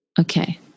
Okay